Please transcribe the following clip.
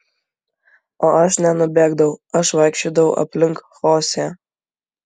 o aš nenubėgdavau aš vaikščiodavau aplink chosė